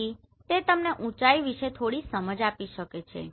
તેથી તે તમને ઊચાઇ વિશે થોડી સમજ આપી શકે છે